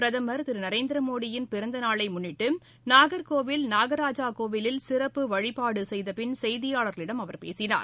பிரதமர் திரு நரேந்திரமோடியின் பிறந்த நாளை முன்னிட்டு நாகர்கோவில் நாகராஜாகோவிலில் சிறப்பு வழிபாடு செய்த பின் செய்தியாளர்களிடம் அவர் பேசினார்